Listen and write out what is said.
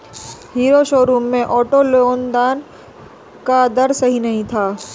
hero showroom में auto loan का दर सही नहीं था